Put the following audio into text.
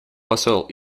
посол